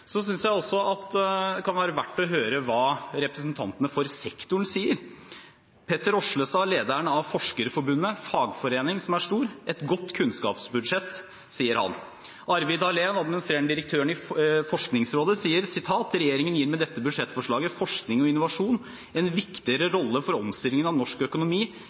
Jeg synes også at det kan være verdt å høre hva representantene for sektoren sier. Petter Aaslestad, lederen for Forskerforbundet – en stor fagforening – sier: «Dette er et godt kunnskapsbudsjett.» Arvid Hallén, administrerende direktør i Forskningsrådet, sier: «Regjeringen gir med dette budsjettforslaget forskning og innovasjon en viktigere rolle for omstillingen av norsk økonomi